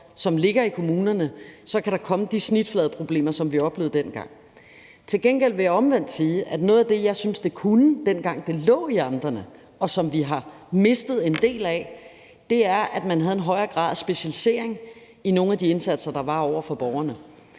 som ligger i kommunerne, komme de snitfladeproblemer, som vi oplevede dengang. Til gengæld vil jeg omvendt sige, at noget af det, jeg synes det kunne, dengang den lå i amterne, og som vi har mistet en del af, er, at man havde en højere grad af specialisering i nogle af de indsatser, der var over for borgerne.